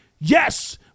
Yes